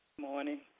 Morning